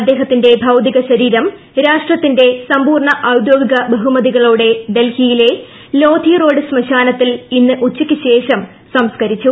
അദ്ദേഹത്തിന്റെ ഭൌതിക ശരീരം രാഷ്ടത്തിന്റെ സമ്പൂർണ ഔദ്യോഗിക ബഹുമതികളോടെ ഡൽഹിയില്ല ലോധി റോഡ് ശ്മശാനത്തിൽ ഇന്ന് ഉച്ചക്ക് ശേഷം സംസ്കരിച്ചു